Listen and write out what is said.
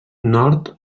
nord